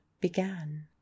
began